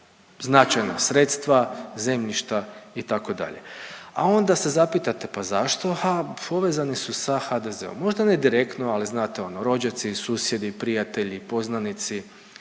značajna sredstva, zemljišta itd. A onda se zapitate pa zašto? A povezani su sa HDZ-om. Možda ne direktno, ali znate ono rođaci, susjedi, prijatelji, poznanici,